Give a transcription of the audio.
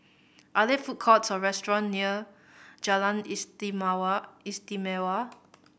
are there food courts or restaurant near Jalan Istimewa